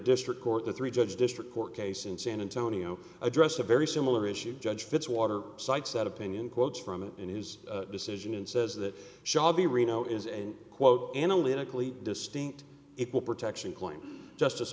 district court the three judge district court case in san antonio addressed a very similar issue judge fitzwater cites that opinion quotes from him in his decision and says that shall be reno is a quote analytically distinct it will protection claim justice